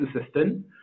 assistant